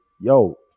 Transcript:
yo